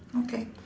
okay